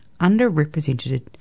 underrepresented